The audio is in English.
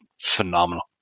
phenomenal